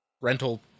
Rental